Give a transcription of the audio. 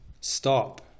stop